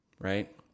right